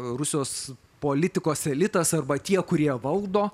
rusijos politikos elitas arba tie kurie valdo